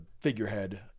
figurehead